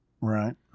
Right